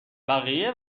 بقیه